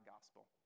gospel